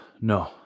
no